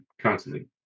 constantly